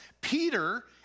Peter